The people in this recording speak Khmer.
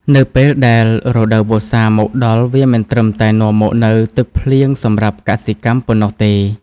នៅពេលដែលរដូវវស្សាមកដល់ វាមិនត្រឹមតែនាំមកនូវទឹកភ្លៀងសម្រាប់កសិកម្មប៉ុណ្ណោះទេ។